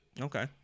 Okay